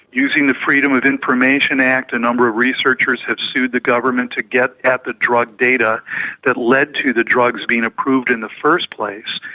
using the freedom of information act a number of researchers have sued the government to get at the drug data that led to the drugs being approved in the first place.